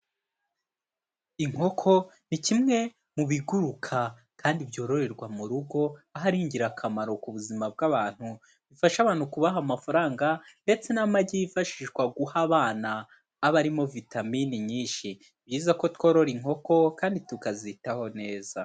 Inkoko ni kimwe mu biguruka kandi byororerwa mu rugo, aho ari ingirakamaro ku buzima bw'abantu bifasha abantu kubaha amafaranga ndetse n'amagi yifashishwa guha abana aba arimo vitamini nyinshi. Ni byiza ko tworora inkoko kandi tukazitaho neza.